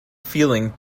feeling